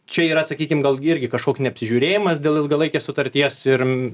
čia yra sakykim gal irgi kažkoks neapsižiūrėjimas dėl ilgalaikės sutarties ir